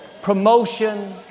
Promotion